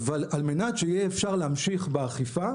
על מנת שיהיה אפשר להמשיך באכיפה,